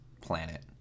planet